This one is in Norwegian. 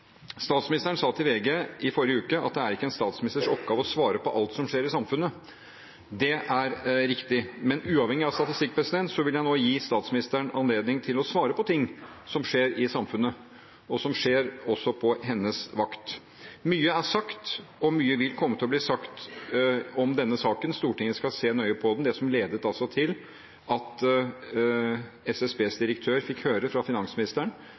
Statsministeren sa til VG i forrige uke at det ikke er en statsministers oppgave å svare på alt som skjer i samfunnet. Det er riktig, men uavhengig av statistikk vil jeg nå gi statsministeren anledning til å svare på ting som skjer i samfunnet, og som skjer også på hennes vakt. Mye er sagt, og mye vil komme til å bli sagt om denne saken. Stortinget skal se nøye på den, på det som ledet til at SSBs direktør fikk høre fra finansministeren